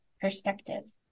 perspective